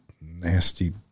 nasty